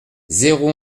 zéro